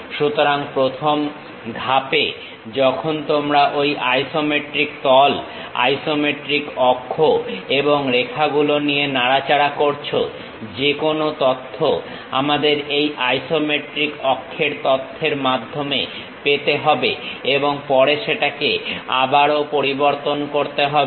সুতরাং প্রথম ধাপে যখন তোমরা ঐ আইসোমেট্রিক তল আইসোমেট্রিক অক্ষ এবং রেখাগুলো নিয়ে নাড়াচাড়া করছো যেকোনো তথ্য আমাদের এই আইসোমেট্রিক অক্ষের তথ্যের মাধ্যমে পেতে হবে এবং পরে সেটাকে আবারো পরিবর্তন করতে হবে